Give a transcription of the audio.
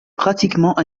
pratiquement